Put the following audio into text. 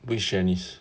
which janice